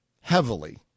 heavily